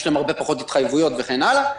יש להם הרבה פחות התחייבויות וכן הלאה.